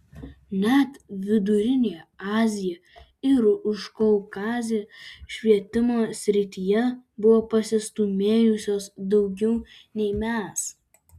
net vidurinė azija ir užkaukazė švietimo srityje buvo pasistūmėjusios daugiau nei mes